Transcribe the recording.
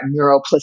neuroplasticity